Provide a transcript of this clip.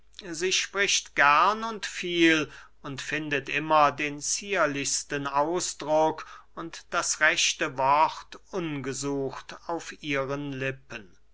sie spricht gern und viel und findet immer den zierlichsten ausdruck und das rechte wort ungesucht auf ihren lippen